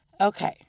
Okay